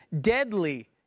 deadly